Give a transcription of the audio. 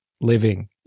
living